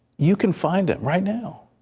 you can find him right now.